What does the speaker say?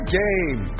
game